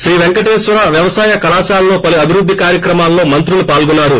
శ్రీ పెంకటేశ్వర వ్యవసాయ కళాశాలలో పలు అభివృద్ది కార్యక్రమల్లో మంత్రులు పాల్గొన్నారు